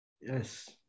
Yes